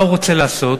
מה הוא רוצה לעשות?